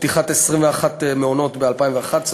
לפתיחת 21 מעונות ב-2011,